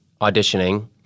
auditioning